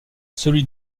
celui